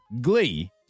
Glee